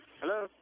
Hello